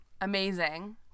amazing